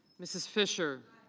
mrs. fisher.